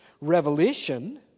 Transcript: revelation